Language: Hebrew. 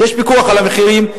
שיש פיקוח על המחירים,